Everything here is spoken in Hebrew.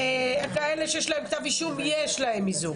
כאלה שיש להם כתב אישום יש להם איזוק,